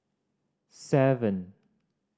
seven